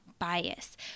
bias